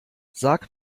sag